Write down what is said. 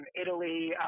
Italy